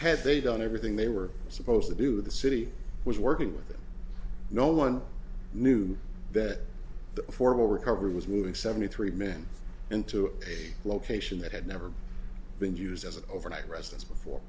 done everything they were supposed to do the city was working with no one knew that the formal recovery was moving seventy three men into a location that had never been used as an overnight residence before